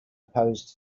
opposed